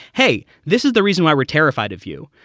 hey, this is the reason why we're terrified of you,